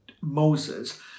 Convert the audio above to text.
Moses